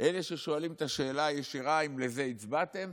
אלה ששואלים את השאלה הישירה אם לזה הצבעתם,